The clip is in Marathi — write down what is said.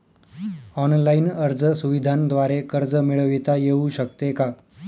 ऑनलाईन अर्ज सुविधांद्वारे कर्ज मिळविता येऊ शकते का?